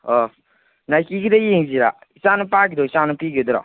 ꯑꯥ ꯅꯥꯏꯀꯤꯒꯤꯗ ꯌꯦꯡꯁꯤꯔꯥ ꯏꯆꯥꯅꯨꯄꯥꯒꯤꯔꯣ ꯏꯆꯥꯅꯨꯄꯤꯒꯤ ꯑꯣꯏꯗꯣꯏꯔꯣ